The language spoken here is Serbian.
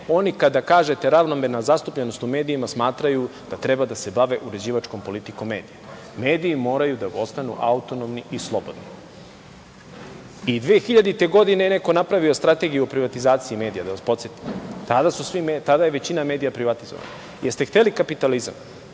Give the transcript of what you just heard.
oni kada kažete - ravnomerna zastupljenost u medijima, smatraju da treba da se bave uređivačkom politikom medija. Mediji moraju da ostanu autonomni i slobodni. I 2000. godine je neko napravio Strategiju o privatizaciji medija, da vas podsetim, kada je većina medija privatizovana. Jel ste hteli kapitalizam